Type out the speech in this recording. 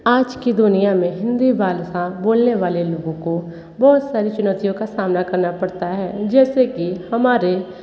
आज की दुनिया में हिंदी बोलने वाले लोगों को बहुत सारी चुनौतियों का सामना करना पड़ता है जैसे कि हमारे